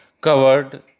covered